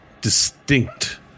distinct